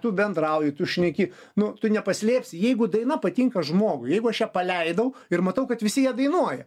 tu bendrauji tu šneki nu tu nepaslėpsi jeigu daina patinka žmogui jeigu aš ją paleidau ir matau kad visi ją dainuoja